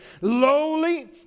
lowly